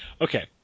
okay